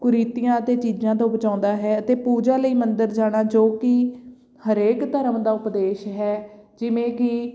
ਕੁਰੀਤੀਆਂ ਅਤੇ ਚੀਜ਼ਾਂ ਤੋਂ ਬਚਾਉਂਦਾ ਹੈ ਅਤੇ ਪੂਜਾ ਲਈ ਮੰਦਰ ਜਾਣਾ ਜੋ ਕਿ ਹਰੇਕ ਧਰਮ ਦਾ ਉਪਦੇਸ਼ ਹੈ ਜਿਵੇਂ ਕਿ